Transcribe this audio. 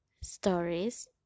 stories